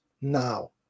now